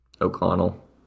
O'Connell